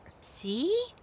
See